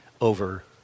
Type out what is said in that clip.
over